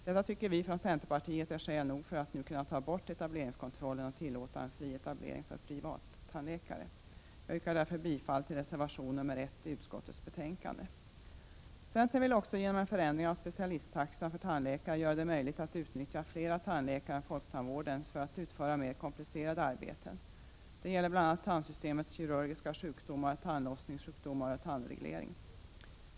Detta tycker vi från centerpartiet är skäl nog för att man skall kunna ta bort etableringskontrollen och tillåta en fri etablering för privattandläkare. Jag yrkar därför bifall till reservation nr 1 vid utskottets betänkande. Centern vill också genom en förändring av specialisttaxan för tandläkare göra det möjligt att utnyttja flera tandläkare än folktandvårdens för att utföra mera komplicerade arbeten. Detta gäller bl.a. vid behandling av tandsystemets kirurgiska sjukdomar och tandlossningssjukdomar liksom vid tandreglering.